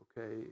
okay